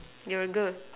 you're a girl